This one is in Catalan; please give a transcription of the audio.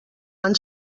han